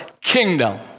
kingdom